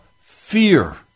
fear